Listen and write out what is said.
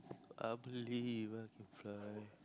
I believe I can fly